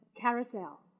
Carousel